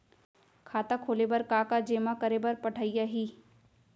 खाता खोले बर का का जेमा करे बर पढ़इया ही?